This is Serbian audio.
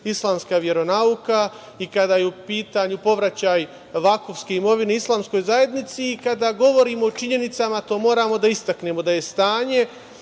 islamska veronauka i kada je u pitanju povraćaj vakufske imovine islamskoj zajednici i kada govorimo o činjenicama to moramo da istaknemo – da je stanje